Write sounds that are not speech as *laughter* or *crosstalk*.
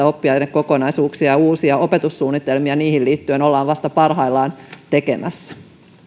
*unintelligible* oppiainekokonaisuuksia ja uusia opetussuunnitelmia niihin liittyen ollaan vasta parhaillaan tekemässä